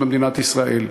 במדינת ישראל,